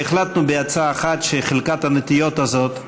והחלטנו בעצה אחת שחלקת הנטיעות הזאת,